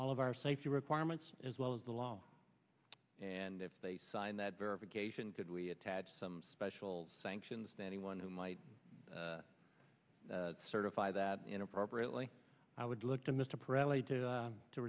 all of our safety requirements as well as the law and if they sign that verification could we attach some special sanctions than anyone who might certify that inappropriately i would look to mr